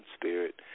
spirit